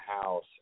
house